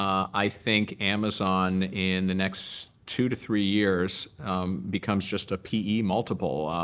i think amazon in the next two to three years becomes just a p e multiple,